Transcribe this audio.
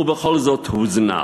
ובכל זאת הוא הוזנח,